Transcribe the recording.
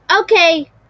Okay